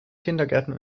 kindergärten